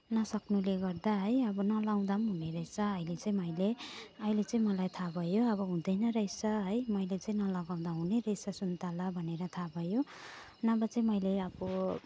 नसक्नुले गर्दा है अब नलगाउँदा पनि हुनेरहेछ अहिले चाहिँ मैले अहिले चाहिँ मलाई थाहा भयो अब हुँदैन रहेछ है मैले चाहिँ नलगाउँदा हुनेरहेछ सुन्तला भनेर थाहा भयो नभए चाहिँ मैले अब